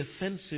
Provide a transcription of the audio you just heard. offensive